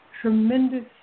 tremendous